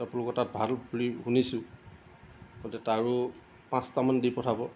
আপোনালোকৰ তাত ভাল বুলি শুনিছোঁ গতিকে তাৰো পাঁচটামান দি পঠাব